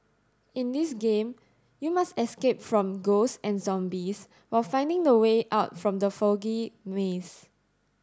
in this game you must escape from ghosts and zombies while finding the way out from the foggy maze